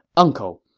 uncle,